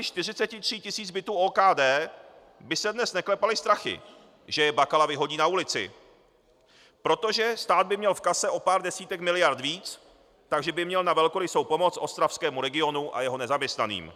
Nájemníci 43 tisíc bytů OKD by se dnes neklepali strachy, že je Bakala vyhodí na ulici, protože stát by měl v kase o pár desítek miliard víc, takže by měl na velkorysou pomoc ostravskému regionu a jeho nezaměstnaným.